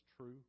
true